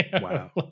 Wow